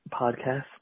podcast